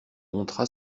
montra